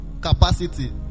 Capacity